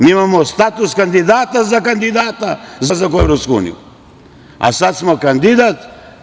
Mi imamo status kandidata za kandidata za ulazak u EU, a sad smo kandidat.